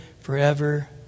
forever